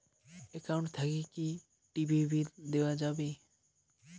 Account থাকি কি TV bill দেওয়া যাবে?